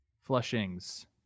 Flushings